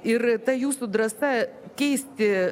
ir ta jūsų drąsa keisti